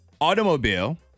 automobile